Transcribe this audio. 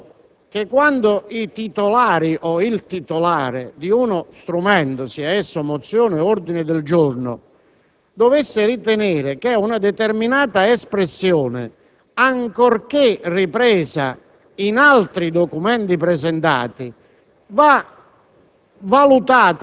nel senso che quando i titolari o il titolare di uno strumento, sia esso mozione o ordine del giorno, ritengono che una determinata espressione, ancorché ripresa in altri documenti presentati, vada